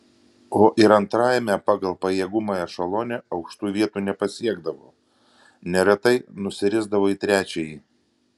o ir antrajame pagal pajėgumą ešelone aukštų vietų nepasiekdavo neretai nusirisdavo į trečiąjį